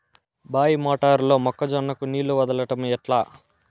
బాయి మోటారు లో మొక్క జొన్నకు నీళ్లు వదలడం ఎట్లా?